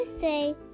say